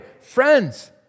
Friends